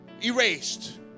Erased